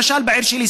למשל בעיר שלי,